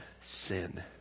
sin